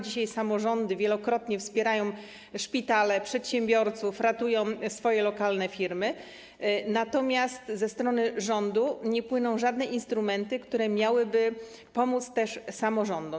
Dzisiaj samorządy wielokrotnie wspierają szpitale, przedsiębiorców, ratują lokalne firmy, natomiast ze strony rządu nie płyną żadne instrumenty, które miałyby pomóc samorządom.